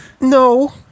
No